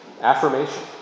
affirmation